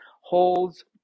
holds